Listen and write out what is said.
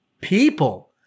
people